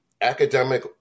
academic